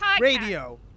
Radio